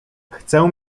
chcę